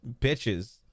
bitches